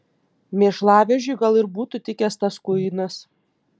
mėšlavežiui gal ir būtų tikęs tas kuinas